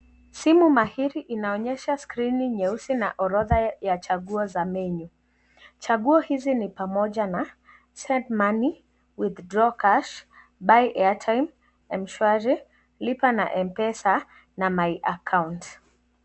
Simu maheri inaonyesha [ccs]screen nyeusi na orodha ya chaguo za menu , chaguo hizi ni pamoja na send money, withdraw cash, buy airtime , Mshwari, lipa na Mpesa na My account